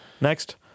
Next